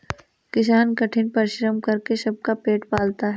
किसान कठिन परिश्रम करके सबका पेट पालता है